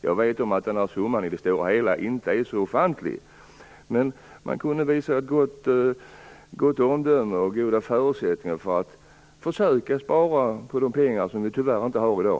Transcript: Jag vet att summan inte är så ofantlig i det stora hela, men man borde kunna visa gott omdöme och att goda förutsättningar finns för att försöka spara på de pengar vi tyvärr inte har i dag.